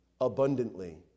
abundantly